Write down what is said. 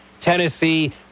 Tennessee